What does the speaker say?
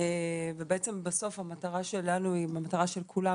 ובעצם בסוף המטרה שלנו היא מטרה של כולם